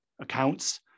accounts